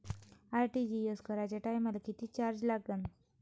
RTGS कराच्या टायमाले किती चार्ज लागन?